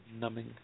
Numbing